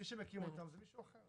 מי שמקים אותן זה מישהו אחר.